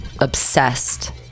obsessed